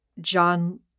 John